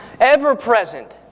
Ever-present